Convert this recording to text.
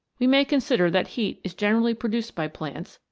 we may consider that heat is generally produced by plants,